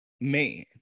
man